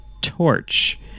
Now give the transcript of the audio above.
torch